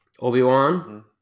Obi-Wan